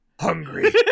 hungry